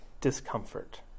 discomfort